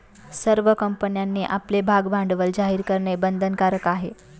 सर्व कंपन्यांनी आपले भागभांडवल जाहीर करणे बंधनकारक आहे